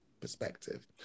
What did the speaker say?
perspective